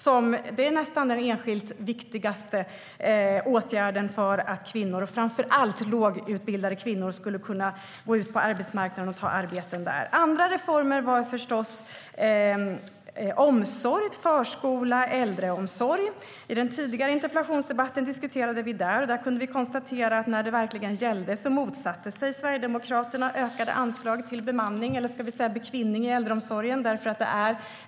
Det var nästan den enskilt viktigaste åtgärden för att kvinnor, och framför allt lågutbildade kvinnor, skulle kunna gå ut på arbetsmarknaden och ta arbeten där. Andra reformer var förstås omsorg i förskola och äldreomsorg. Det diskuterade vi i den tidigare interpellationsdebatten. Där kunde vi konstatera att när det verkligen gällde motsatte sig Sverigedemokraterna ökade anslag till bemanning - eller ska vi säga bekvinning? - i äldreomsorgen.